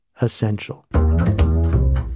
essential